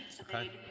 Okay